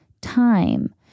Time